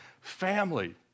Family